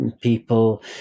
people